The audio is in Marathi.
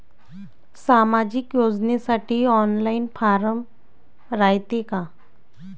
सामाजिक योजनेसाठी ऑनलाईन फारम रायते का?